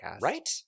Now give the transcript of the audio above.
Right